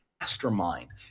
mastermind